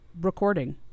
recording